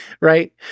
right